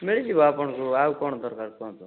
ମିଳିଯିବ ଆପଣଙ୍କୁ ଆଉ କ'ଣ ଦରକାର କୁହନ୍ତୁ